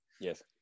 Yes